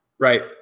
Right